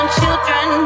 children